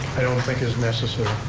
i don't think is necessary.